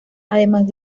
además